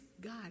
God